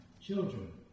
Children